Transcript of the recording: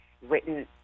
written